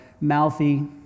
mouthy